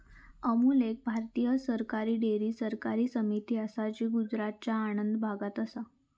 अमूल एक भारतीय सरकारी डेअरी सहकारी समिती असा जी गुजरातच्या आणंद भागात असा